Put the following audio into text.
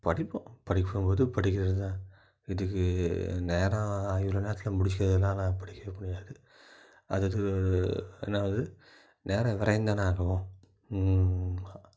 படிப்போம் படிக்கும் போது படிக்கிறது தான் இதுக்கு நேரம் இவ்வளோ நேரத்தில் முடிச்சுலால்ல படிக்கவே முடியாது அது அது என்ன அது நேரம் விரைந்த நாளும்